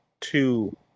two